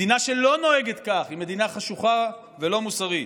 מדינה שלא נוהגת כך היא מדינה חשוכה ולא מוסרית.